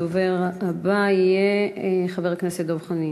הדובר הבא יהיה חבר הכנסת דב חנין.